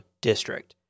district